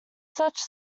such